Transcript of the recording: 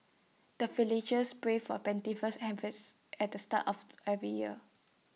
the villagers pray for plentiful harvest at the start of every year